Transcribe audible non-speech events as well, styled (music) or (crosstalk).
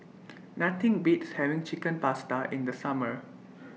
(noise) Nothing Beats having Chicken Pasta in The Summer (noise)